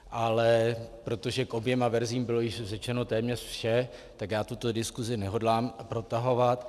Ale protože k oběma verzím bylo již řečeno téměř vše, tak já tuto diskusi nehodlám protahovat.